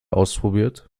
ausprobiert